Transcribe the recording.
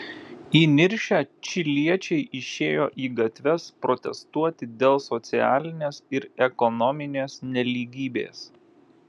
įniršę čiliečiai išėjo į gatves protestuoti dėl socialinės ir ekonominės nelygybės